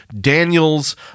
Daniel's